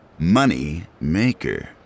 Moneymaker